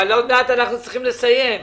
עוד מעט אנחנו צריכים לסיים.